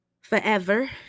forever